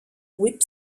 whip